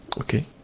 Okay